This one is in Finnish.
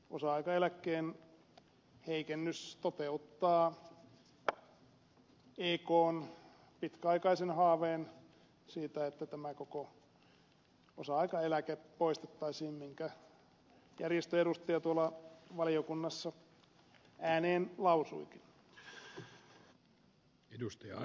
osa aikaeläkkeen heikennys toteuttaa ekn pitkäaikaisen haaveen siitä että koko osa aikaeläke poistettaisiin minkä järjestön edustaja valiokunnassa ääneen lausuikin